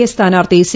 A സ്ഥാനാർത്ഥി C